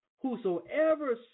Whosoever